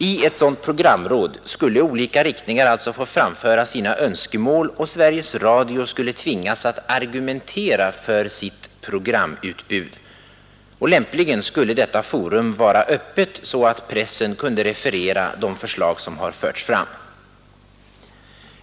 I ett sådant programråd skulle olika riktningar få framföra sina önskemål, och Sveriges Radio skulle tvingas argumentera för sitt programutbud. Lämpligen skulle detta forum vara öppet så att pressen kunde referera de förslag som framfördes där.